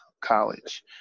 College